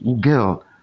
girl